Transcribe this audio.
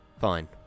Fine